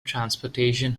transportation